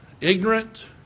ignorant